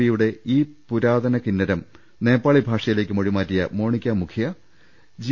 വിയുടെ ഈ പുരാതന കിന്നരം നേപ്പാളി ഭാഷയിലേക്ക് മൊഴിമാ റ്റിയ മോണിക്ക മുഖ്യ ജി